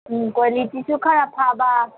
ꯎꯝ ꯀ꯭ꯋꯥꯂꯤꯇꯤꯁꯨ ꯈꯔ ꯐꯕ